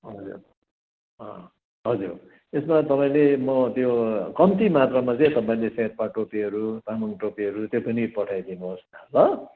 हजुर अँ हजुर यसमा तपाईँले म त्यो कम्ती मात्रामा चाहिँ तपाईँले सेर्पा टोपीहरू तामाङ टोपीहरू त्यो पनि पठाइ दिनुहोस् न ल